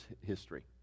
history